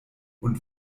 und